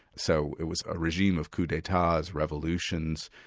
so it was a regime of coups d'etat, revolutions,